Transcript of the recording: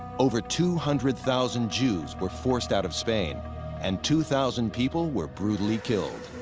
over two hundred thousand jews were forced out of spain and two thousand people were brutally killed.